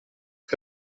que